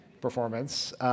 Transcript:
performance